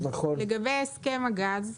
לגבי הסכם הגז,